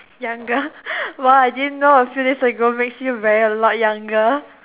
younger !wow! I didn't know a few days ago make you very a lot younger